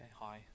hi